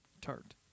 tart